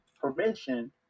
permission